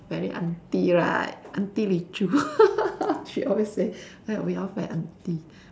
very aunty right aunty Li Choo she always right we all very aunty